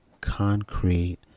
concrete